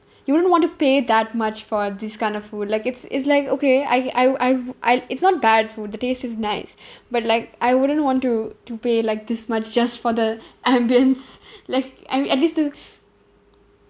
you wouldn't want to pay that much for this kind of food like it's it's like okay I I I I it's not bad food the taste is nice but like I wouldn't want to to pay like this much just for the ambience like at at least to